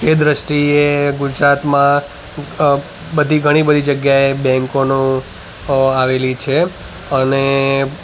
તે દૃષ્ટિએ ગુજરાતમાં બધી ઘણી બધી જગ્યાએ બૅંકોનું આવેલી છે અને